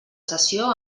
sessió